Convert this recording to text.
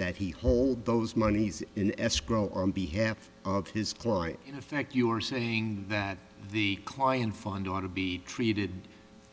that he hold those monies in escrow on behalf of his client the fact you're saying that the client fund ought to be treated